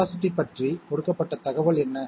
velocity பற்றி கொடுக்கப்பட்ட தகவல் என்ன